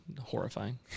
horrifying